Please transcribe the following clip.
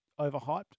overhyped